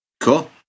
Cool